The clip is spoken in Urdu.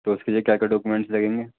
تو اس کے لئے کیا کیا ڈاکومنٹس لگیں گے